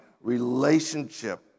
relationship